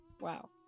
Wow